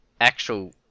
actual